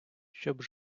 щоб